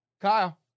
Kyle